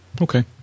Okay